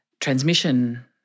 transmission